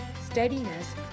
steadiness